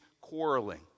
quarreling